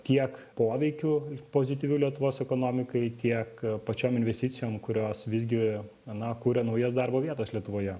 tiek poveikiu pozityviu lietuvos ekonomikai tiek pačiom investicijom kurios visgi na kuria naujas darbo vietas lietuvoje